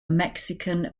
mexican